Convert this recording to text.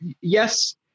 yes